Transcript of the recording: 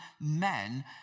men